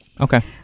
okay